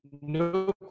No